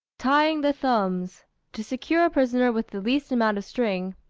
tying the thumbs to secure a prisoner with the least amount of string,